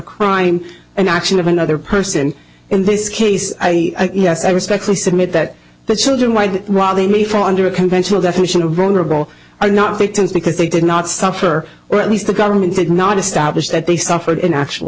crime an action of another person in this case i yes i respectfully submit that the children wide rather me fall under a conventional definition of vulnerable are not victims because they did not suffer or at least the government did not establish that they suffered in actual